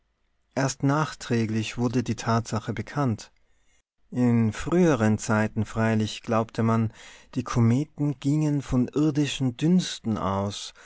erst nachträglich wurde die tatsache bekannt in früheren zeiten freilich glaubte man die kometen gingen von irdischen dünsten aus